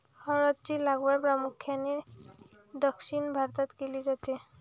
हळद ची लागवड प्रामुख्याने दक्षिण भारतात केली जाते